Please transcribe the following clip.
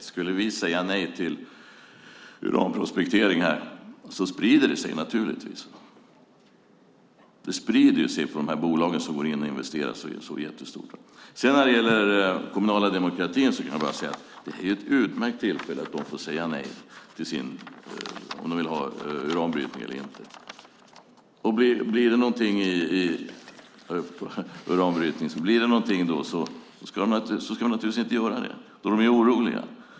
Om vi skulle säga nej till uranprospektering sprider det sig naturligtvis till de bolag som investerar. När det sedan gäller den kommunala demokratin kan jag bara säga att det är ett utmärkt tillfälle för dem att säga nej till uranbrytning om de inte vill ha det. Om de är oroliga ska de naturligtvis inte säga ja till det.